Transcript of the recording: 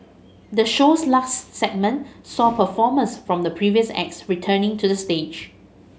the show's last segment saw performers from the previous acts returning to the stage